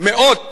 מאות